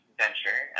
venture